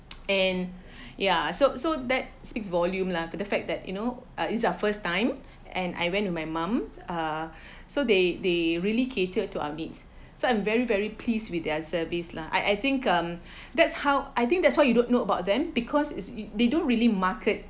and ya so so that speaks volume lah to the fact that you know uh this are first time and I went with my mum uh so they they really gathered to our meets so I'm very very pleased with their service lah I I think mm that's how I think that's why you don't know about them because it's they don't really market